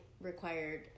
required